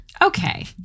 Okay